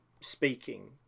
speaking